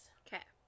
okay